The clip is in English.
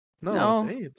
no